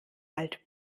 alt